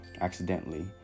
accidentally